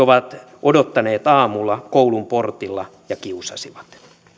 ovat odottaneet aamulla koulun portilla ja kiusasivat